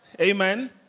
Amen